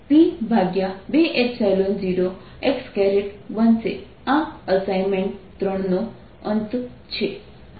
તેથી E P20 x બનશે આ અસાઇનમેન્ટ 3 નો અંત છે